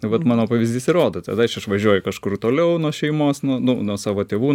vat mano pavyzdys ir rodo tada aš išvažiuoju kažkur toliau nuo šeimos nuo nu nuo savo tėvų